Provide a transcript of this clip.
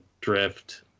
Drift